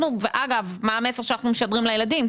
אגב, מה המסר שאנחנו משדרים לילדים?